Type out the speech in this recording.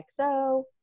XO